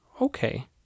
Okay